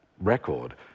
record